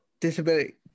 disability